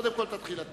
קודם כול תתחיל אתה.